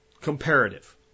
Comparative